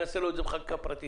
אני אעשה לו את זה בחקיקה פרטית.